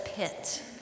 pit